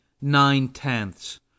nine-tenths